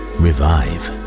revive